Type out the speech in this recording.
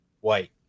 white